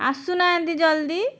ଆସୁନାହାନ୍ତି ଜଲ୍ଦି